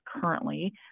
currently